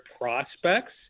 prospects